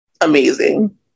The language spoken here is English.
amazing